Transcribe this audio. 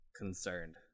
concerned